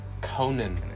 Conan